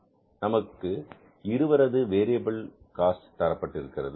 நமக்கு இருவரது variable cost தரப்பட்டிருக்கிறது